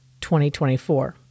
2024